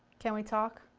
can we talk.